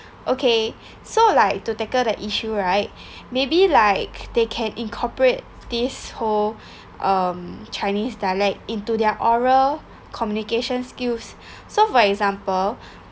okay so like to tackle the issue right maybe like they can incorporate this whole um chinese dialect into their oral communication skills so for example